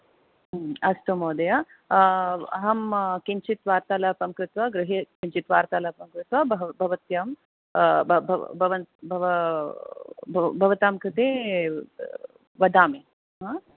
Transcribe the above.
ह्म् अस्तु महोदय अहं किञ्चित् वार्तालापं कृत्वा गृहे किञ्चित् वार्तालापं कृत्वा भव भवत्यां भव भव भवतां कृते वदामि हा